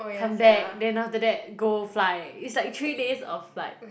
come back then after that go fly is like three days of like